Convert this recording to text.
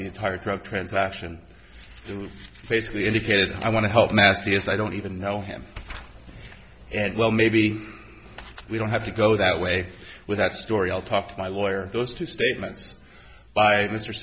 the entire drug transaction to basically indicated i want to help matty s i don't even know him and well maybe we don't have to go that way with that story i'll talk to my lawyer those two statements by mr